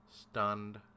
Stunned